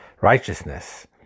righteousness